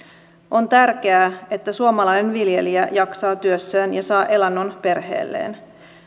on tärkeää että suomalainen viljelijä jaksaa työssään ja saa elannon perheelleen